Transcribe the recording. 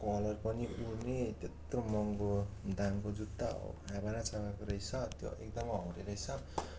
colour पनि उड्ने त्यत्रो महँगो दामको जुत्ता आबा न चाबाको रहेछ त्यो एकदम हाउडे रहेछ